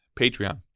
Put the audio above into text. Patreon